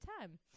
time